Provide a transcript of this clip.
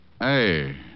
Hey